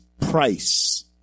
price